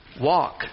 walk